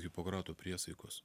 hipokrato priesaikos